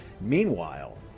Meanwhile